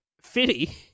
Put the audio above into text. fitty